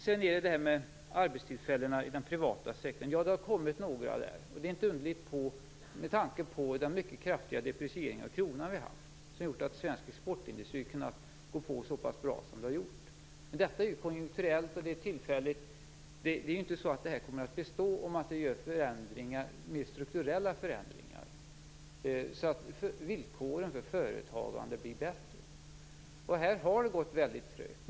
Sedan var det detta med arbetstillfällena i den privata sektorn. Ja, det har kommit en del där. Det är inte så konstigt med tanke på den mycket kraftiga depressering av kronan som vi har haft. Det är den som har gjort att svensk exportindustri har kunnat gå så pass bra. Men det är konjunkturellt. Det är tillfälligt. Det är inte så att det här kommer att bestå om man inte gör mer strukturella förändringar så att villkoren för företagande blir bättre. Här har det gått väldigt trögt.